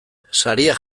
saria